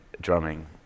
drumming